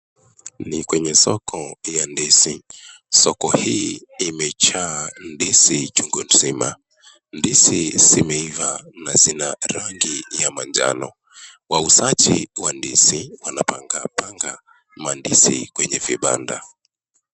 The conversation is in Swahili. Ni kwenye soko ya ndizi. Soko hii imejaa ndizi chungu nzima. Ndizi simeiva na zina rangi ya manjano. Wauzaji wa ndizi wanapanga panga maandisi kwenye vibanda.